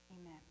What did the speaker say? Amen